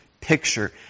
Picture